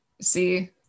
see